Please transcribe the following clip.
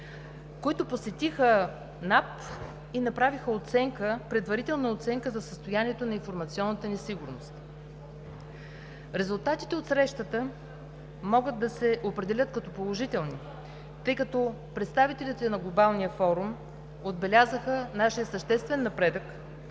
които посетиха НАП и направиха предварителна оценка за състоянието на информационната ни сигурност. Резултатите от срещата могат да се определят като положителни, тъй като представителите на Глобалния форум отбелязаха нашия съществен напредък,